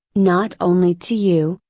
not only to you,